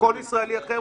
כמו כל ישראלי אחר,